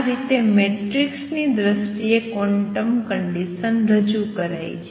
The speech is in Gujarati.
આ રીતે મેટ્રિકસની દ્રષ્ટિએ ક્વોન્ટમ કંડિસન રજૂ કરાઈ છે